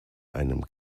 einem